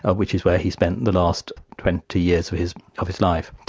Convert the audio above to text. ah which is where he spent the last twenty years of his of his life.